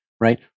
right